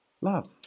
Love